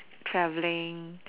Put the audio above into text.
traveling